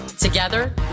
Together